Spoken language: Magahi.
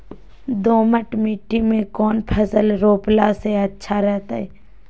दोमट मिट्टी में कौन फसल रोपला से अच्छा रहतय?